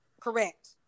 Correct